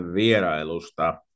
vierailusta